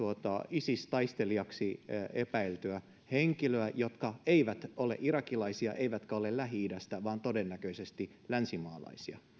isis taistelijaksi epäiltyä henkilöä jotka eivät ole irakilaisia eivätkä ole lähi idästä vaan todennäköisesti länsimaalaisia